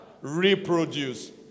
reproduce